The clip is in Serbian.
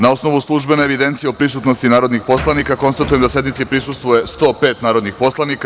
Na osnovu službene evidencije o prisutnosti narodnih poslanika, konstatujem da sednici prisustvuje 105 narodnih poslanika.